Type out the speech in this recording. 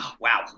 wow